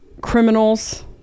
criminals